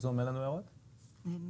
אין